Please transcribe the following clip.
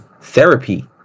therapy